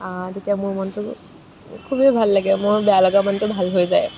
তেতিয়া মোৰ মনটো খুবেই ভাল লাগে মোৰ বেয়া লগা মনটো ভাল হৈ যায়